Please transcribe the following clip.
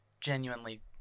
genuinely